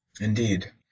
Indeed